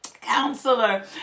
counselor